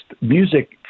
music